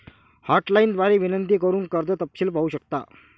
hotline द्वारे विनंती करून कर्ज तपशील पाहू शकता